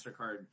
MasterCard